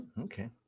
okay